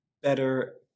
better